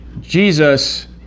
Jesus